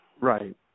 Right